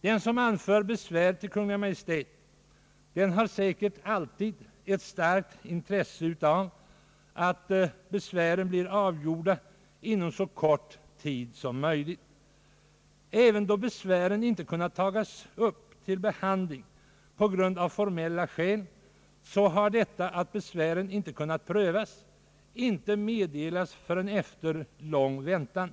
Den som anför besvär hos Kungl. Maj:t har säkert alltid ett starkt intresse av att besvären blir avgjorda inom så kort tid som möjligt. Men även då bevär inte kunnat upptagas till behandling på grund av formella omständigheter, har meddelande om att besvären inte kunnat prövas kommit först efter lång väntan.